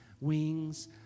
wings